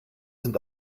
sind